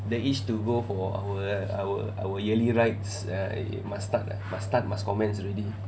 that itch to go for our our our yearly rides err must start uh must commence already